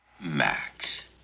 Max